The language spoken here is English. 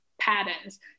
patterns